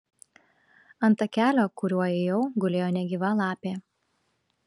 ant takelio kuriuo ėjau gulėjo negyva lapė